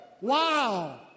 Wow